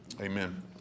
amen